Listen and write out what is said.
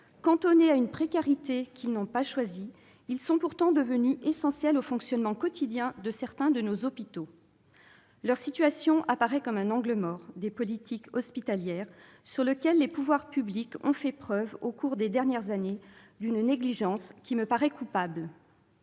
cantonnés à une précarité qu'ils n'ont pas choisie, ils sont pourtant devenus essentiels au fonctionnement quotidien de certains de nos hôpitaux. Leur situation apparaît comme un angle mort des politiques hospitalières, sur lequel les pouvoirs publics ont fait preuve, au cours des dernières années, d'une négligence qui me semble coupable.